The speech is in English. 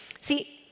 See